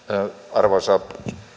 arvoisa